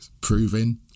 proving